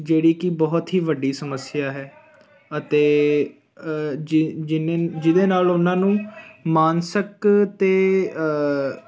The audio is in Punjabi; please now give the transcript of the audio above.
ਜਿਹੜੀ ਕਿ ਬਹੁਤ ਹੀ ਵੱਡੀ ਸਮੱਸਿਆ ਹੈ ਅਤੇ ਜਿਹਦੇ ਨਾਲ ਉਹਨਾਂ ਨੂੰ ਮਾਨਸਿਕ ਅਤੇ